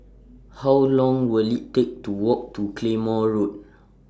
How Long Will IT Take to Walk to Claymore Road